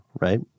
right